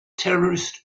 terrorist